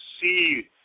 see